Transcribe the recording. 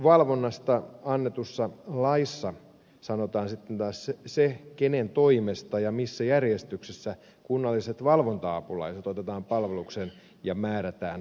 pysäköinninvalvonnasta annetussa laissa sanotaan taas se kenen toimesta ja missä järjestyksessä kunnalliset valvonta apulaiset otetaan palvelukseen ja määrätään tehtäväänsä